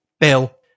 Bill